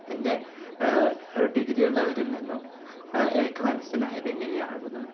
എൻ്റെ ഡിഗ്രിയുള്ളവരിൽ നിന്നും എനിക്ക് മനസ്സിലായത് ഇങ്ങനെയാകുന്നു